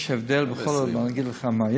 יש הבדל, בכל זאת, ואגיד לך מה.